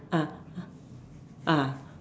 ah ah